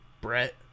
Brett